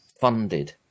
funded